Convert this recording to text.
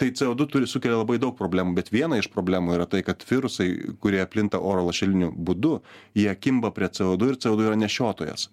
tai co du turi sukelia labai daug problemų bet viena iš problemų yra tai kad virusai kurie plinta oro lašeliniu būdu jie kimba prie co du ir co du yra nešiotojas